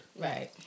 right